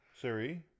siri